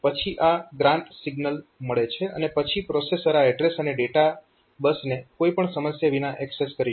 પછી આ grant signal મળે છે અને પછી પ્રોસેસર આ એડ્રેસ અને ડેટા બસને કોઈ પણ સમસ્યા વિના એક્સેસ કરી શકે છે